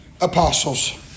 apostles